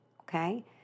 okay